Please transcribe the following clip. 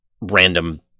random